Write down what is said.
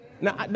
Now